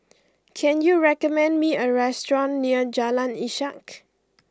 can you recommend me a restaurant near Jalan Ishak